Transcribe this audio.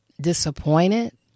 disappointed